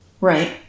Right